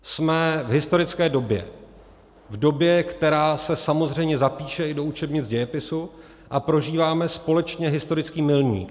Jsme v historické době, v době, která se samozřejmě zapíše i do učebnic dějepisu, a prožíváme společně historický milník.